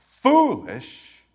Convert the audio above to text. foolish